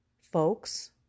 folks